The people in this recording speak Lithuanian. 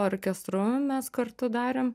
orkestru mes kartu darėm